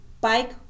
bike